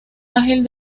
ágil